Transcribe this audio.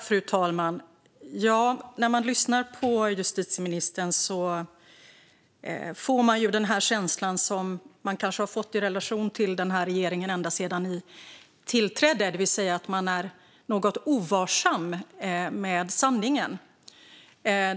Fru talman! När man lyssnar på justitieministern från man den känsla som man kanske har fått i relation till den här regeringen ända sedan den tillträdde, det vill säga att den är något ovarsam med sanningen.